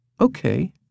Okay